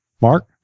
Mark